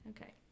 Okay